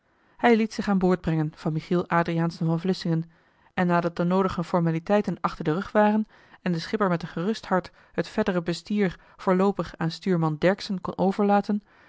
hij liet zich aan boord brengen van michiel adriaensen van vlissingen en nadat de noodige formaliteiten achter den rug waren en de schipper met een gerust hart het verdere bestier voorloopig joh h been paddeltje de scheepsjongen van michiel de ruijter aan stuurman dercksen kon overlaten